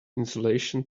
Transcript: insulation